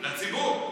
לציבור.